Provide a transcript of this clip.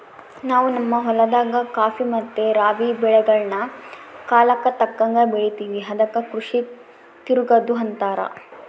ನಾವು ನಮ್ಮ ಹೊಲದಾಗ ಖಾಫಿ ಮತ್ತೆ ರಾಬಿ ಬೆಳೆಗಳ್ನ ಕಾಲಕ್ಕತಕ್ಕಂಗ ಬೆಳಿತಿವಿ ಅದಕ್ಕ ಕೃಷಿ ತಿರಗದು ಅಂತಾರ